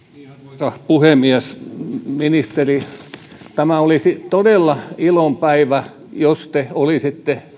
arvoisa puhemies ministeri tämä olisi todella ilon päivä jos te olisitte